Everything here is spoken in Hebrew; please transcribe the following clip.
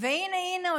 והינה הינה,